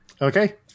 Okay